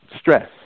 stress